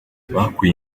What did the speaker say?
bakuye